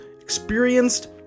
experienced